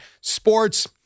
sports